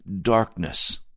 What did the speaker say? darkness